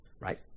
Right